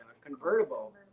convertible